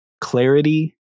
clarity